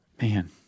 Man